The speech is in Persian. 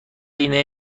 اینه